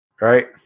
right